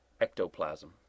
ectoplasm